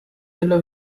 della